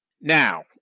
Now